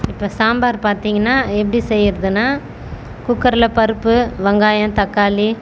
இப்ப சாம்பார் பார்த்திங்கன்னா எப்படி செய்யறதுன்னா குக்கரில் பருப்பு வெங்காயம் தக்காளி